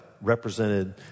represented